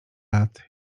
lat